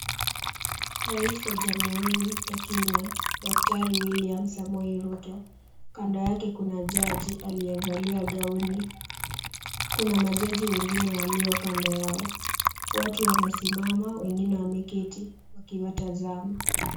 Rais wa jamhuri ya Kenya daktari William Samoei Ruto, kando yake kuna jaji aliyevalia gauni. Kuna majaji wengine walio kando yao. Watu wamesimama wengine wameketi wakiwatazama.